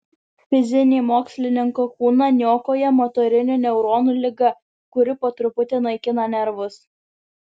fizinį mokslininko kūną niokoja motorinių neuronų liga kuri po truputį naikina nervus